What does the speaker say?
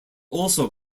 also